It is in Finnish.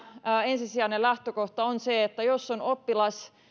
ensisijainen lähtökohta on se että jos on oppilas